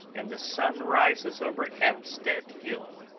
and the sun rises over hampstead hill,